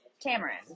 tamarind